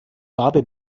farbe